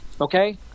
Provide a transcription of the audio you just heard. Okay